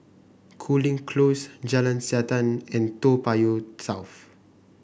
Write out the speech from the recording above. Cooling Close Jalan Siantan and Toa Payoh South